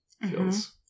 Feels